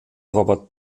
robert